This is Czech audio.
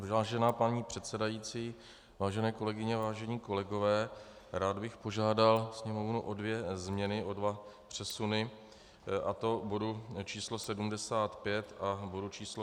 Vážená paní předsedající, vážené kolegyně, vážení kolegové, rád bych požádal Sněmovnu o dvě změny, o dva přesuny, a to bodu číslo 75 a bodu číslo 160.